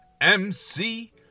MC